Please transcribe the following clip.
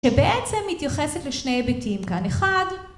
שבעצם מתייחסת לשני היבטים כאן אחד